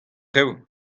traoù